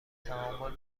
تعامل